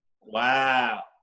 Wow